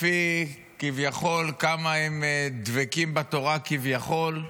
לפי כמה שהם דבקים בתורה, כביכול,